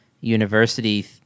university